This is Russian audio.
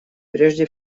прежде